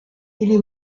ili